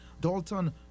Dalton